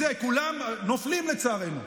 כולם נופלים, לצערנו,